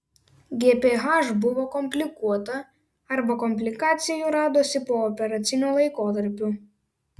gph buvo komplikuota arba komplikacijų radosi pooperaciniu laikotarpiu